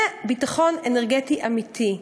זה ביטחון אנרגטי אמיתי,